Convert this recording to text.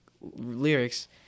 lyrics